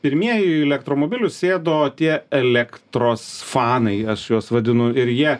pirmieji į elektromobilius sėdo tie elektros fanai aš juos vadinu ir jie